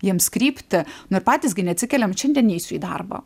jiems kryptį nu ir patys gi neatsikeliam šiandien neisiu į darbą